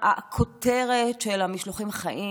הכותרת של המשלוחים החיים,